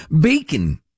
bacon